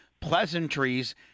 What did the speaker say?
pleasantries